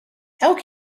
elk